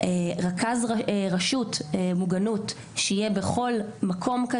רכז רשות מוגנות שיהיה בכל מקום.